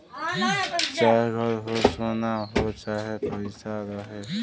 चाहे घर हो, सोना हो चाहे पइसा रहे